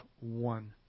one